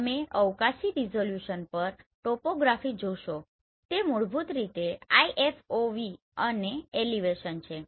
તમે અવકાશી રિઝોલ્યુશન પર ટોપોગ્રાફી જોશો તે મૂળભૂત રીતે IFOV અને એલિવેશન છે